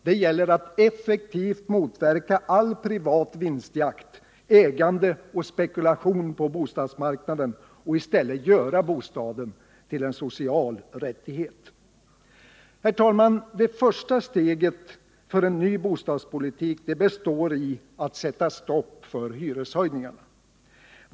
Det gäller att effektivt motverka all privat vinstjakt, ägande och spekulation på bostadsmarknaden och i stället göra bostaden till en social rättighet. Herr talman! Det första steget för en ny bostadspolitik består i att sätta stopp för hyreshöjningarna.